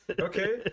okay